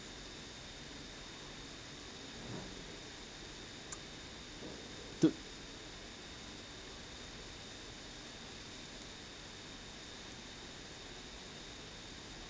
to